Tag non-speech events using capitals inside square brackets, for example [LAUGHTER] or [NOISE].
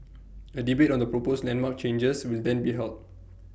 [NOISE] A debate on the proposed landmark changes will then be held